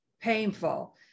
painful